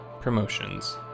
promotions